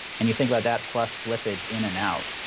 and you think about that plus slippage in and out,